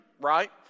right